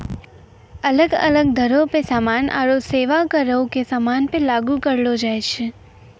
अलग अलग दरो पे समान आरु सेबा करो के समानो पे लागू करलो जाय छै